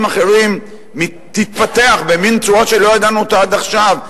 אחרים תתפתח במין צורה שלא ידענו אותה עד עכשיו,